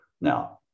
Now